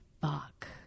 fuck